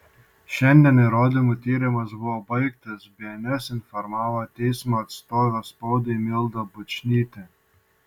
šiandien įrodymų tyrimas buvo baigtas bns informavo teismo atstovė spaudai milda bučnytė